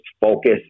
focus